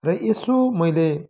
र यसो मैले